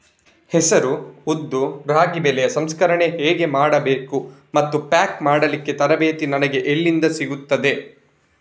ಹೆಸರು, ಉದ್ದು, ರಾಗಿ ಬೆಳೆಯ ಸಂಸ್ಕರಣೆ ಹೇಗೆ ಮಾಡಬೇಕು ಮತ್ತು ಪ್ಯಾಕ್ ಮಾಡಲಿಕ್ಕೆ ತರಬೇತಿ ನನಗೆ ಎಲ್ಲಿಂದ ಸಿಗುತ್ತದೆ?